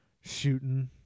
shooting